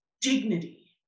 dignity